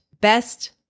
best